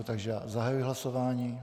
Takže zahajuji hlasování.